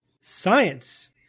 science